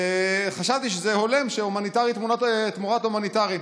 חשבתי שזה הולם שהומניטרי תמורת הומניטרי.